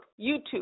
YouTube